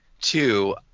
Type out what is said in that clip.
Two